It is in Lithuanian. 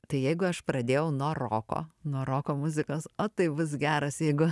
tai jeigu aš pradėjau nuo roko nuo roko muzikos o tai bus geras jeigu